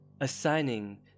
Assigning